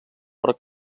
per